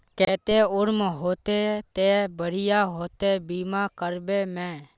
केते उम्र होते ते बढ़िया होते बीमा करबे में?